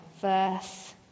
Verse